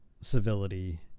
civility